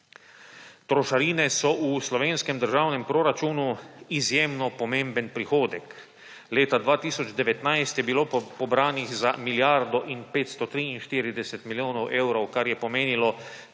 Trošarine so v slovenskem državnem proračunu izjemno pomemben prihodek. Leta 2019 je bilo pobranih za milijardo in 543 milijonov evrov, kar je pomenilo